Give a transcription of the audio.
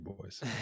boys